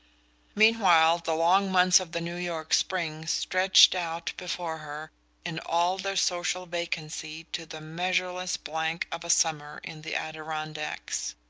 meanwhile the long months of the new york spring stretched out before her in all their social vacancy to the measureless blank of a summer in the adirondacks.